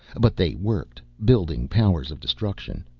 but they worked, building powers of destruction.